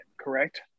correct